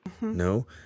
No